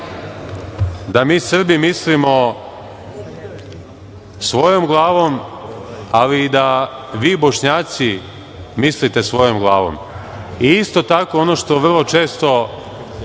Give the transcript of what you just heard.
da mi Srbi mislimo svojom glavom, ali i da vi, Bošnjaci, mislite svojom glavom. Isto tako, ono što vrlo često